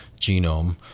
genome